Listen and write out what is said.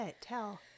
Tell